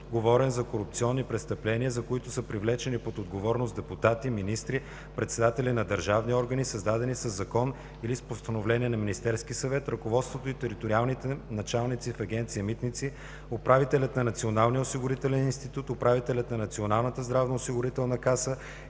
отговорен за корупционни престъпления, за които са привлечени под отговорност депутати, министри, председатели на държавни органи, създадени със закон или с постановление на Министерския съвет, ръководството и териториалните началници в Агенция „Митници“, управителят на Националния осигурителен институт, управителят на Националната здравноосигурителна каса,